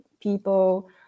people